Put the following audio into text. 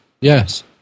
Yes